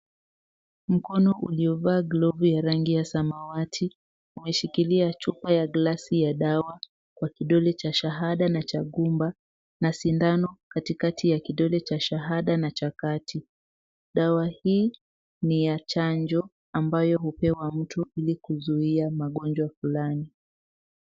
Mkono ulio vaa glovu ya rangi ya samawati umeshikilia chupa ya glasi ya dawa kwa kidole cha shahada na cha gumba na sindano katikati ya kidole cha shahada na cha kati. Dawa hii ni ya chanjo ambayo hupewa mtu kuzuia magonjwa fulani.